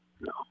No